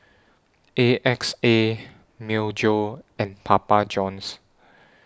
A X A Myojo and Papa Johns